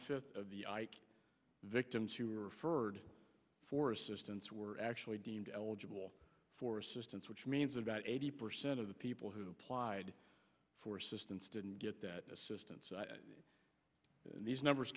fifth of the victims who were referred for assistance were actually deemed eligible for assistance which means about eighty percent of the people who applied for assistance didn't get that assistance and these numbers